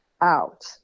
out